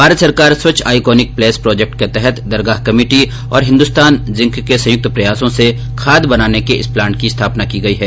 भारत सरकार स्वच्छ iconic place project के तहत दरगाह कमेटी और हिन्दुस्तान जिंक के संयुक्त प्रयासों से खाद बनाने के इस प्लांट की स्थापना की गई है